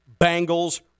Bengals